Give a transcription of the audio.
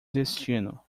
destino